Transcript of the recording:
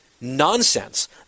Nonsense